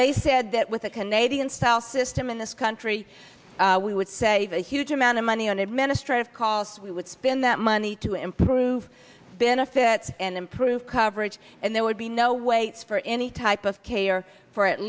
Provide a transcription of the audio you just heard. they said that with a canadian style system in this country we would say a huge amount of money on administrative costs we would spend that money to improve benefits and improve coverage and there would be no waits for any type of care for at